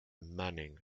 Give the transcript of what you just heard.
manning